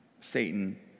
Satan